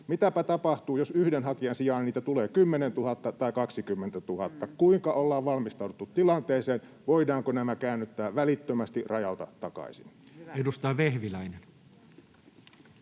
Mitäpä tapahtuu, jos yhden hakijan sijaan niitä tulee 10 000 tai 20 000? Kuinka ollaan valmistauduttu tilanteeseen? Voidaanko nämä käännyttää välittömästi rajalta takaisin? Edustaja Vehviläinen.